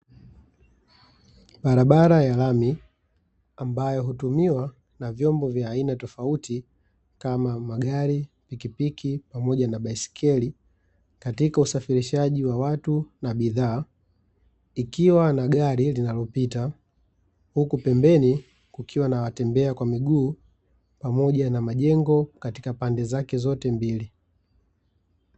Barabara ya lami ambayo hutumiwa na vyombo vya aina tofauti kama magari, pikipiki pamoja na baiskeli. Katika usafirishaji wa watu na bidhaa ikiwa na gari linalopita, huku pembeni kukiwa na watembea kwa miguu pamoja na majengo katika pande zake zote mbili.